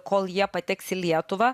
kol jie pateks į lietuvą